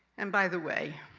and by the way,